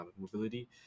mobility